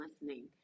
listening